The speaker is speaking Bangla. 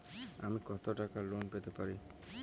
আমি কত টাকা লোন পেতে পারি?